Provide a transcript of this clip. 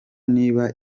niba